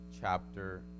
chapter